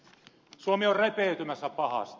suomi on repeytymässä pahasti